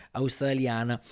australiana